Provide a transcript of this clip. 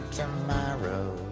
tomorrow